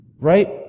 Right